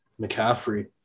McCaffrey